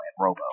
Robo